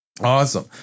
Awesome